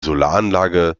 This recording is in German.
solaranlage